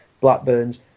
Blackburn's